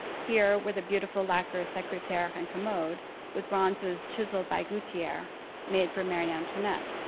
here were the beautiful lacquer secretaire and commode with bronzes chiseled by goutier made for marie antoinette.